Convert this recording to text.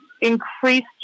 increased